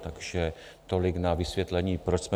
Takže tolik na vysvětlení, proč jsme .